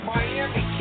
Miami